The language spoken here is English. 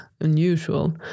unusual